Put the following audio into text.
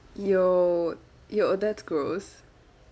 yo yo that's gross